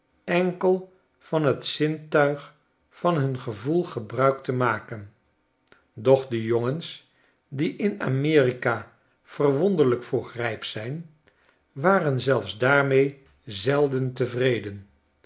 enkel van j t zintuig van hun gevoel gebruik te maken doch de jongens die in amerika verwonderlijk vroeg rijp zijn waren zelfs daarmee zelden tevreden